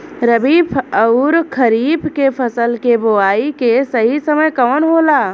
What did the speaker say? रबी अउर खरीफ के फसल के बोआई के सही समय कवन होला?